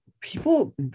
people